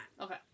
Okay